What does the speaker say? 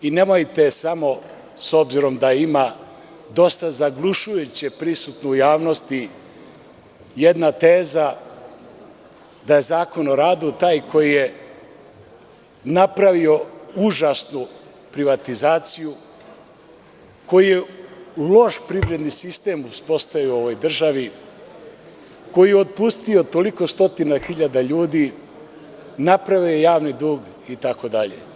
Nemojte samo, s obzirom da ima dosta zaglušujuće prisutnosti u javnosti, jedna teza da je Zakon o radu taj koji je napravio užasnu privatizaciju, koji je loš privredni sistem uspostavio u ovoj državi, koji je otpustio toliko stotina hiljada ljudi, napravio javni dug itd.